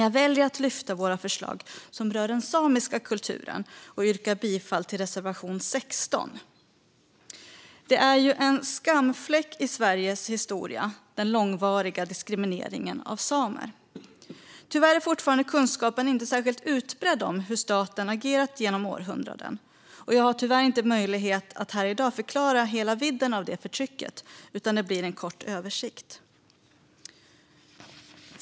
Jag väljer dock att lyfta fram våra förslag som rör den samiska kulturen och yrkar bifall till reservation 16. Den långvariga diskrimineringen av samer är en skamfläck i Sveriges historia. Tyvärr är kunskapen fortfarande inte särskilt utbredd om hur staten agerat genom århundradena. Jag har inte möjlighet att här i dag förklara hela vidden av det förtrycket, utan det blir en kort översikt.